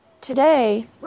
today